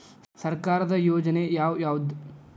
ಸರ್ಕಾರದ ಯೋಜನೆ ಯಾವ್ ಯಾವ್ದ್?